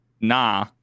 nah